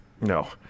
No